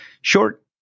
short